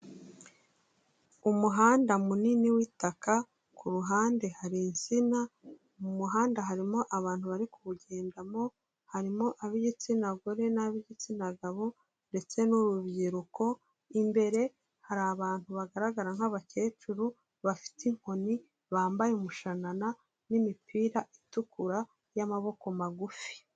Umuhanda munini w'itaka, ku ruhande hari insina, mu muhanda harimo abantu bari kuwugendamo harimo ab'igitsina gore n'ab'igitsina gabo ndetse n'urubyiruko, imbere hari abantu bagaragara nk'abakecuru, bafite inkoni, bambaye umushanana n'imipira itukura y'amaboko magufi.